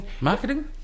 Marketing